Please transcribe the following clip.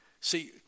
See